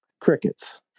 crickets